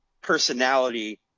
personality